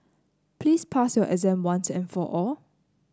please pass your exam once and for all